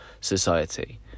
society